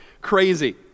crazy